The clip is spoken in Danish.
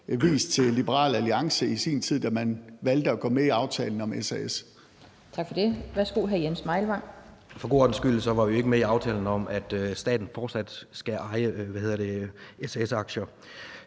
vist til Liberal Alliance i sin tid, da man valgte at gå med i aftalen om SAS.